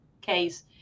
case